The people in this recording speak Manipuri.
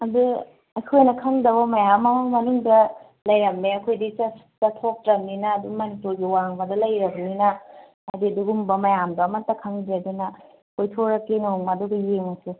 ꯑꯗꯣ ꯑꯩꯈꯣꯏꯅ ꯈꯪꯗꯕ ꯃꯌꯥꯝ ꯑꯃ ꯃꯅꯨꯡꯗ ꯂꯩꯔꯝꯃꯦ ꯑꯩꯈꯣꯏꯗꯤ ꯆꯠꯁꯨ ꯆꯠꯊꯣꯛꯇ꯭ꯔꯕꯅꯤꯅ ꯑꯗꯨꯝ ꯃꯅꯤꯄꯨꯔꯒꯤ ꯋꯥꯡꯃꯗ ꯂꯩꯔꯕꯅꯤꯅ ꯍꯥꯏꯗꯤ ꯗꯨꯒꯨꯝꯕ ꯃꯌꯥꯝꯗꯣ ꯑꯃꯇ ꯈꯪꯗ꯭ꯔꯦ ꯗꯨꯅ ꯀꯣꯏꯊꯣꯔꯛꯀꯦ ꯅꯣꯡꯃ ꯑꯗꯨꯒ ꯌꯦꯡꯉꯨꯁꯦ